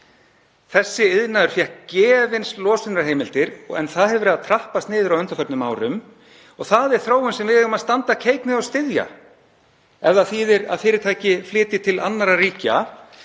Þessi iðnaður fékk gefins losunarheimildir en það hefur verið að trappast niður á undanförnum árum. Það er þróun sem við eigum að standa keik með og styðja. Ef það þýðir að fyrirtæki flytji til annarra ríkja